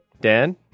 Dan